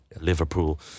Liverpool